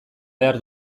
behar